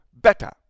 better